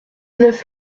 neuf